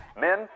Men